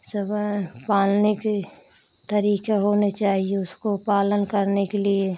ई सब पालने का तरीक़ा होने चाहिए उसको पालन करने के लिए